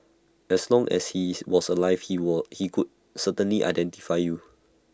as long as he's was alive he would could certainly identify you